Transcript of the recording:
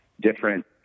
Different